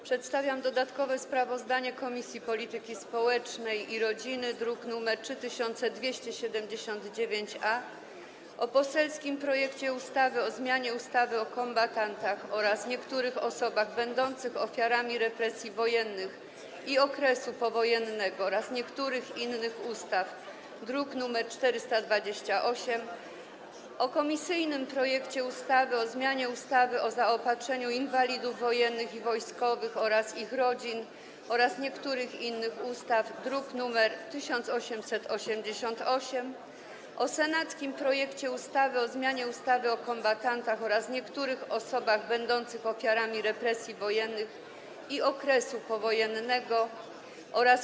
Przedstawiam dodatkowe sprawozdanie Komisji Polityki Społecznej i Rodziny, druk nr 3279-A, o poselskim projekcie ustawy o zmianie ustawy o kombatantach oraz niektórych osobach będących ofiarami represji wojennych i okresu powojennego oraz niektórych innych ustaw, druk nr 428, o komisyjnym projekcie ustawy o zmianie ustawy o zaopatrzeniu inwalidów wojennych i wojskowych oraz ich rodzin oraz niektórych innych ustaw, druk nr 1888, o senackim projekcie ustawy o zmianie ustawy o kombatantach oraz niektórych osobach będących ofiarami represji wojennych i okresu powojennego oraz